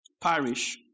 parish